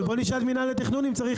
בואו נשאל את מינהל התכנון אם צריך